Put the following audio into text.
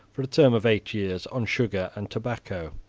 for a term of eight years, on sugar and tobacco.